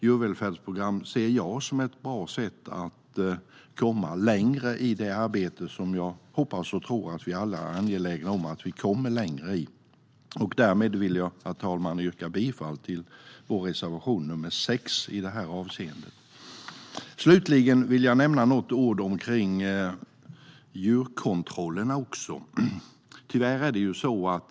Djurvälfärdsprogram ser jag som ett bra sätt att komma längre i det arbete som jag hoppas och tror att vi alla är angelägna om att vi kommer längre i. Därmed vill jag, herr talman, yrka bifall till vår reservation nr 6 i det här avseendet. Slutligen vill jag också nämna något ord om djurkontrollerna.